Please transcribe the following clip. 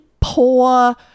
poor